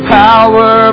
power